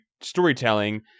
storytelling